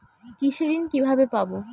কৃষি ঋন কিভাবে পাব?